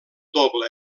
doble